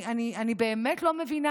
אני באמת לא מבינה.